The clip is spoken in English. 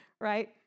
right